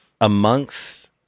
amongst